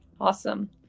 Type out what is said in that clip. Awesome